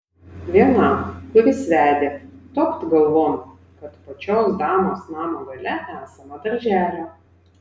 vienam kuris vedė topt galvon kad pačios damos namo gale esama darželio